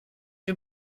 wir